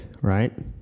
Right